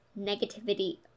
negativity